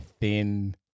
thin